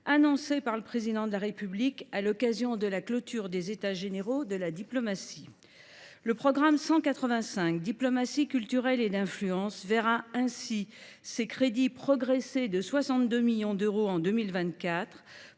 annoncé par le président de la République à l’occasion de la clôture des États généraux de la diplomatie. Le programme 185 « Diplomatie culturelle et d’influence » verra ainsi ses crédits progresser de 62 millions d’euros en 2024